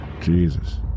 Jesus